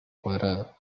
cuadrado